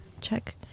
Check